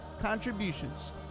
contributions